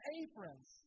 aprons